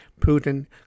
Putin